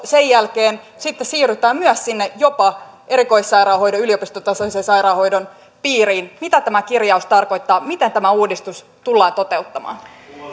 sitten siirrytään myös jopa sinne erikoissairaanhoidon yliopistotasoisen sairaanhoidon piiriin mitä tämä kirjaus tarkoittaa miten tämä uudistus tullaan toteuttamaan